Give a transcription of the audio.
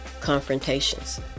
confrontations